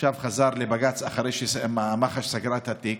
עכשיו חזר לבג"ץ אחרי שמח"ש סגרה את התיק.